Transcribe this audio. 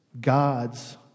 God's